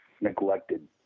neglected